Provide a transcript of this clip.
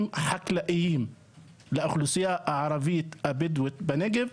חקלאיים לאוכלוסייה הערבית הבדואית בנגב,